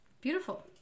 Beautiful